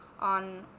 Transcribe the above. on